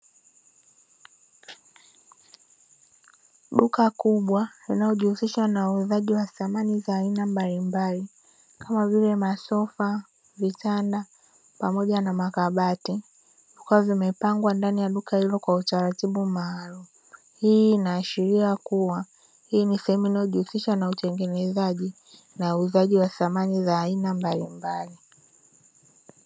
Duka kubwa linalojihusisha na uuzaji wa samani za aina mbalimbali kama vile: masofa, vitanda pamoja na makabati; vikiwa vimepangwa ndani ya duka hilo kwa utaratibu maalumu. Hii inaashiria kuwa hii ni sehemu inayojihusisha na utengenezaji na uuzaji wa samani za aina mbalimbali.